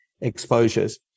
exposures